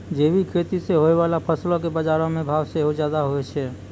जैविक खेती से होय बाला फसलो के बजारो मे भाव सेहो ज्यादा होय छै